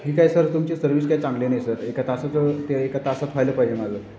ठीक आहे सर तुमची सर्व्हिस काय चांगली नाही सर एका तासाचं ते एका तासात व्हायला पाहिजे माझं